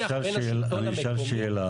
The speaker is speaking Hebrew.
אני אשאל שאלה.